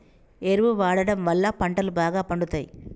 ఎరువు వాడడం వళ్ళ పంటలు బాగా పండుతయి